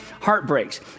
Heartbreaks